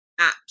apps